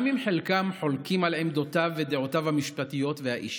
גם אם חלקם חולקים על עמדותיו ודעותיו המשפטיות והאישיות.